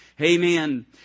Amen